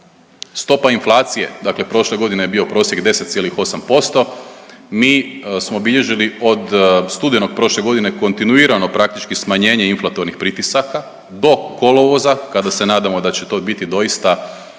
stopa inflacije, dakle prošle godine je bio prosjek 10,8% mi smo bilježili od studenog prošle godine kontinuirano praktički smanjenje inflatornih pritisaka do kolovoza kada se nadamo da će to biti doista